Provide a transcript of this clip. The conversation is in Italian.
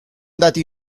dati